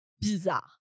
bizarre